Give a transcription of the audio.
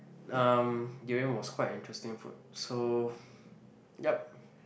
um durian was quite an interesting food so yup